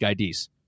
ids